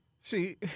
See